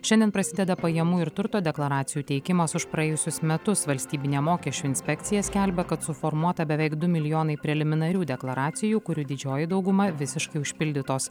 šiandien prasideda pajamų ir turto deklaracijų teikimas už praėjusius metus valstybinė mokesčių inspekcija skelbia kad suformuota beveik du milijonai preliminarių deklaracijų kurių didžioji dauguma visiškai užpildytos